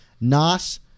nas